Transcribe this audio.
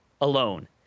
alone